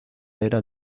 era